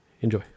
Enjoy